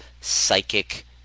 psychic